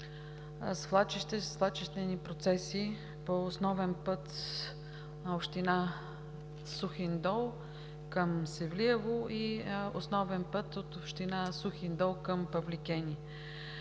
свлачищни процеси по основен път на община Сухиндол към Севлиево и основен път от община Сухиндол към Павликени.